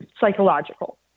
psychological